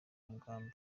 mugambi